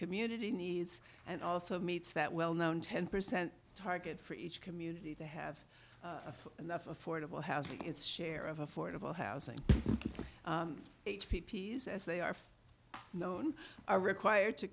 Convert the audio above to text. community needs and also meets that well known ten percent target for each community to have enough affordable housing its share of affordable housing p p s as they are known are required to